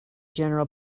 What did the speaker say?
general